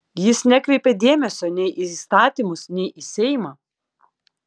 jis nekreipia dėmesio nei į įstatymus nei į seimą